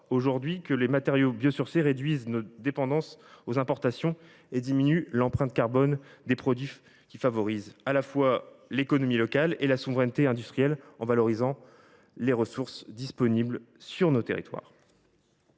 ainsi que les matériaux biosourcés réduisent nos dépendances aux importations et diminuent l’empreinte carbone des produits, favorisant à la fois l’économie locale et la souveraineté industrielle, en valorisant les ressources disponibles sur nos territoires.